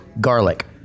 Garlic